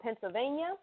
Pennsylvania